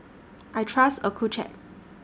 I Trust Accucheck